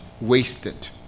wasted